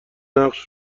نقش